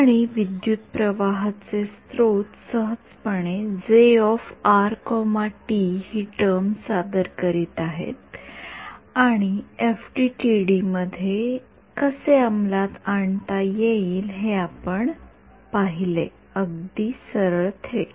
आणि विद्युतप्रवाहाचे स्त्रोत सहजपणे हि टर्म सादर करीत आहेत आणि एफडीटीडी मध्ये कसे अंमलात आणता येईल हे आपण पाहिले अगदी सरळ थेट